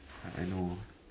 I I know